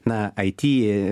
na ai ty